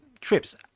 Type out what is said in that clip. trips